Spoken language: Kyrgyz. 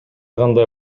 кандай